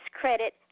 credit